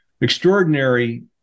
extraordinary